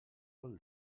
vol